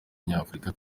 nyafurika